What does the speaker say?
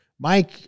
Mike